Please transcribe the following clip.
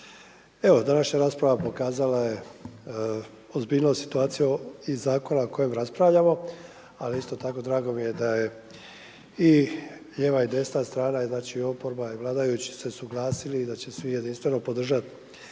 Evo današnja rasprava pokazala je ozbiljnost i situaciju i zakona o kojem raspravljamo, ali isto tako drago mi je da je i lijeva i desna strana, znači i oporba i vladajući se suglasili i da će svi jedinstveno podržat